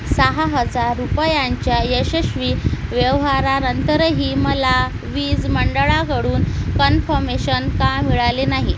सहा हजार रुपयांच्या यशस्वी व्यवहारानंतरही मला वीज मंडळाकडून कन्फर्मेशन का मिळाले नाही